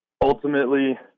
ultimately